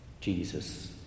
Jesus